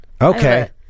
Okay